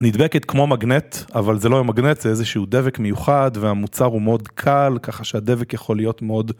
נדבקת כמו מגנט אבל זה לא מגנט זה איזה שהוא דבק מיוחד והמוצר הוא מאוד קל ככה שהדבק יכול להיות מאוד.